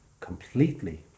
completely